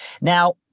now